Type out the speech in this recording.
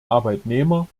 arbeitnehmer